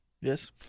Yes